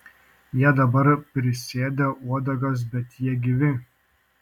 jie dabar prisėdę uodegas bet jie gyvi